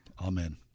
Amen